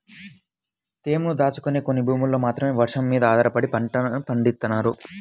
తేమను దాచుకునే కొన్ని భూముల్లో మాత్రమే వర్షాలమీద ఆధారపడి పంటలు పండిత్తన్నారు